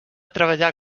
treballar